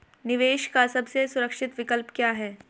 निवेश का सबसे सुरक्षित विकल्प क्या है?